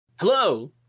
Hello